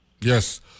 yes